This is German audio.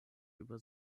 über